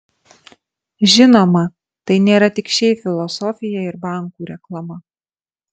žinoma tai nėra tik šiaip filosofija ir bankų reklama